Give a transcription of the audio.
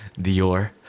Dior